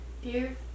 Dear